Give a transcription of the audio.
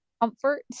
comfort